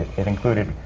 it included,